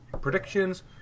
predictions